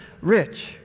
rich